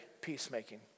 peacemaking